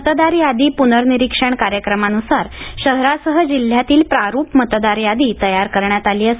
मतदार यादी पुनर्रिक्षण कार्यक्रमानुसार शहरासह जिल्ह्य़ातील प्रारूप मतदार यादी तयार करण्यात आली आहे